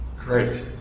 Great